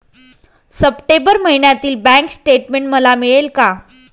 September महिन्यातील bank statement मला मिळेल का?